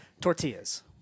Tortillas